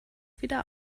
wieder